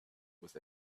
with